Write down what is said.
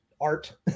art